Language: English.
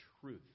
truth